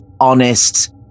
honest